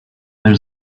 there